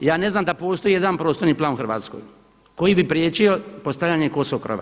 Ja ne znam da postoji jedan prostorni plan u Hrvatskoj koji bi priječio postavljanje kosog krova.